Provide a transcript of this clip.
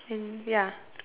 and ya